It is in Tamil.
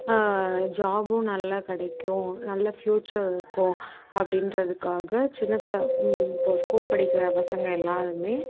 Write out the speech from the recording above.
ஜாபும் நல்லா கிடைக்கும் நல்ல ஃப்யூச்சர் இருக்கும் அப்படின்றதுக்காக சின்னப் இப்போ ஸ்கூல் படிக்கிற பசங்க எல்லோருமே